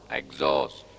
exhaust